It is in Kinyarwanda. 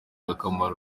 akamaro